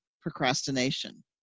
procrastination